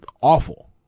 awful